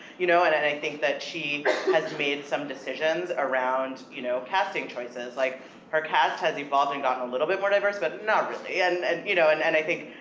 you know? and and i think that she has made some decisions around, you know, casting choices. like her cast has evolved, and gotten a little bit more diverse, but not really, and, you know, and and i think,